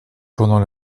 pendant